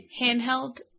handheld